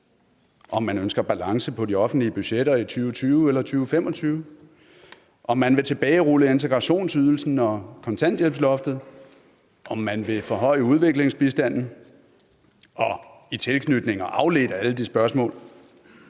om man ønsker balance på de offentlige budgetter i 2020 eller 2025; om man vil tilbagerulle integrationsydelsen og kontanthjælpsloftet; om man vil forhøje udviklingsbistanden; og i tilknytning til og afledt af alle de spørgsmål